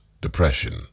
depression